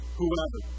whoever